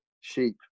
sheep